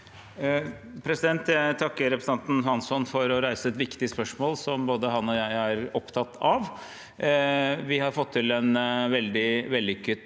Jeg takker re- presentanten Hansson for å reise et viktig spørsmål som både han og jeg er opptatt av. Vi har fått til en veldig vellykket